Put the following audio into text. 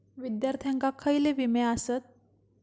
विद्यार्थ्यांका खयले विमे आसत?